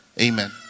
Amen